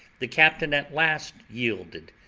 the captain at last yielded,